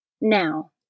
Now